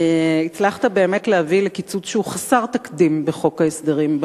הצלחת באמת להביא לקיצוץ שהוא חסר תקדים בחוק ההסדרים.